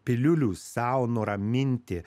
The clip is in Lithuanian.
piliulių sau nuraminti